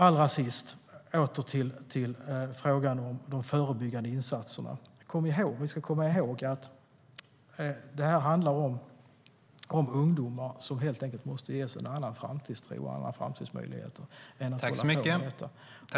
Allra sist ska jag gå tillbaka till frågan om de förebyggande insatserna. Vi ska komma ihåg att detta handlar om ungdomar som helt enkelt måste ges en annan framtidstro och andra framtidsmöjligheter än att hålla på med detta.